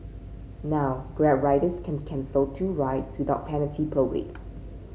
now Grab riders can cancel two rides without penalty per week